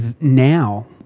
now